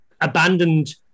Abandoned